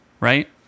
right